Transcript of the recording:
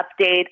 update